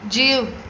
जीउ